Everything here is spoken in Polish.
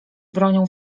bronią